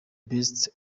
best